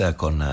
con